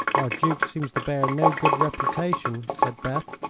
our duke seems to bear no good reputation, said beth,